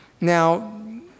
Now